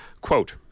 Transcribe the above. Quote